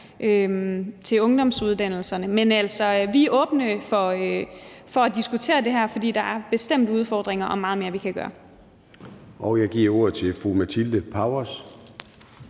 til ungdomsuddannelserne. Men vi er åbne for at diskutere det her, for der er bestemt udfordringer og meget mere, vi kan gøre. Kl. 17:18 Formanden (Søren